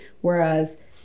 Whereas